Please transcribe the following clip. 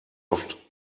oft